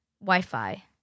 Wi-Fi